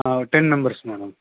ah ten members madam